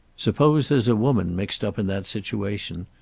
suppose there's a woman mixed up in that situation.